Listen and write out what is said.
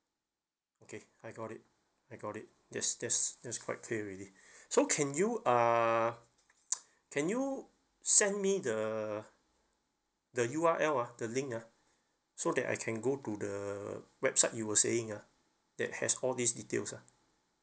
okay I got it I got it that's that's that's quite clear already so can you uh can you send me the the U_R_L ah the link ah so that I can go to the website you were saying ah that has all these details ah